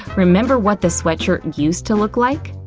remember what the sweatshirt used to look like?